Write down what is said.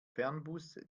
fernbus